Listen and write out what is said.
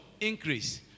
Increase